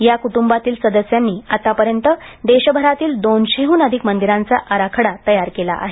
या कुटुंबातील सदस्यांनी आत्तापर्यंत देशभरातील दोनशेहुन अधिक मंदिरांचा आराखडा तयार केला आहे